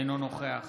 אינו נוכח